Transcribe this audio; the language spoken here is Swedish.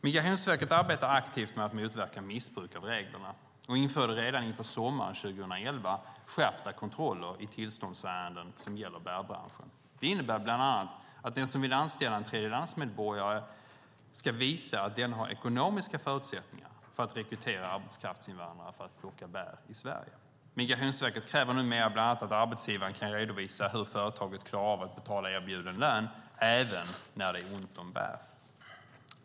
Migrationsverket arbetar aktivt med att motverka missbruk av reglerna och införde redan inför sommaren 2011 skärpta kontroller i tillståndsärenden som gäller bärbranschen. Det innebär bland annat att den som vill anställa en tredjelandsmedborgare ska visa att man har ekonomiska förutsättningar att rekrytera arbetskraftsinvandrare för att plocka bär i Sverige. Migrationsverket kräver numera bland annat att arbetsgivaren kan redovisa hur företaget klarar av att betala erbjuden lön, även när det är ont om bär.